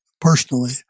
personally